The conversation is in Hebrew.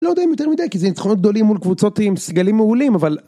לא יודעים יותר מדי כי זה נצחונות גדולים מול קבוצות עם סגלים מעולים אבל